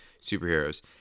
superheroes